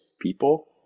people